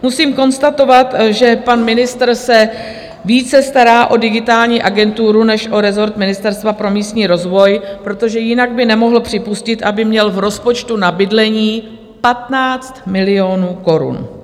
Musím konstatovat, že pan ministr se více stará o Digitální agenturu než o rezort Ministerstva pro místní rozvoj, protože jinak by nemohl připustit, aby měl v rozpočtu na bydlení 15 milionů korun.